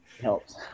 helps